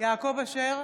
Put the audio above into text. יעקב אשר,